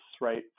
right